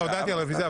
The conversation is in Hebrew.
הודעתי על רביזיה.